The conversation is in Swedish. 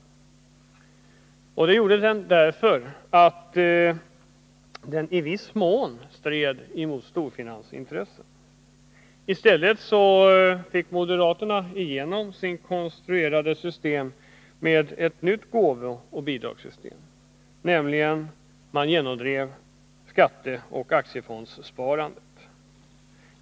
Detta gjordes därför att den i viss mån stred emot storfinansens intressen. I den nya trepartiregeringen fick moderaterna igenom sin konstruktion av ett nytt gåvooch bidragssystem. Man genomdrev nämligen aktiefondssparandet.